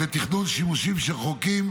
לתכנון שימושים שחורגים